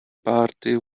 party